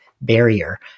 barrier